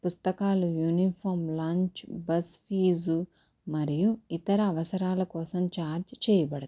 పుస్తకాలు uniform lunch bus fee మరియు ఇతర అవసరాల కోసం ఛార్జ్ చేయబడుతుంది